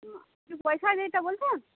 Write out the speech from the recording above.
পয়সার ইয়েটা বলবেন